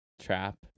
trap